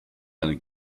ein